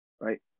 right